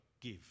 give